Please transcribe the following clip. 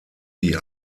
die